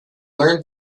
learned